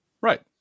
Right